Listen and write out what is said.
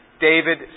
David